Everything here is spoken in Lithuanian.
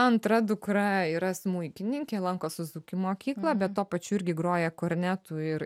antra dukra yra smuikininkė lanko suzuki mokyklą bet tuo pačiu irgi groja kornetu ir